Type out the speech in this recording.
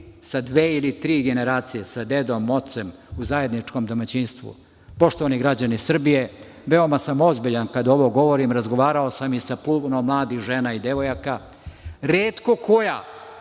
sa dve ili tri generacije, sa dedom, ocem u zajedničkom domaćinstvu. Poštovani građani Srbije, veoma sam ozbiljan kad ovo govorim, razgovarao sam i sa puno mladih žena i devojaka, retko koja,